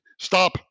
stop